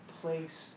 place